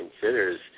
considers